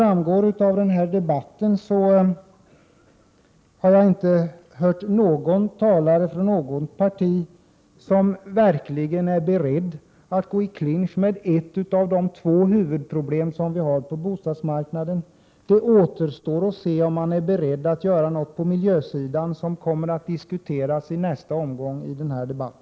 I denna debatt har jag inte hört någon talare från något parti som verkligen är beredd att gå i clinch med ett av de två huvudproblem vi har på bostadsmarknaden. Det återstår att se om man är beredd att göra något på miljösidan. Den aspekten kommer att diskuteras i nästa omgång av denna debatt.